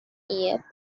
year